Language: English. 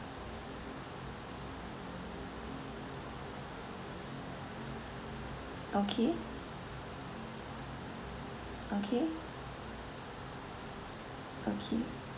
okay okay okay